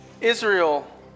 Israel